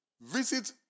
Visit